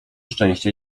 szczęścia